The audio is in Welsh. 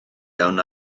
iawn